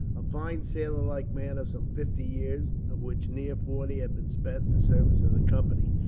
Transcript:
a fine sailor-like man of some fifty years, of which near forty had been spent in the service of the company.